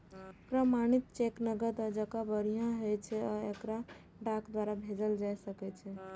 प्रमाणित चेक नकद जकां बढ़िया होइ छै आ एकरा डाक द्वारा भेजल जा सकै छै